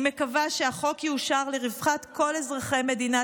אני מקווה שהחוק יאושר לרווחת כל אזרחי מדינה